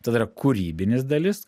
tada yra kūrybinis dalis